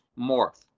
morph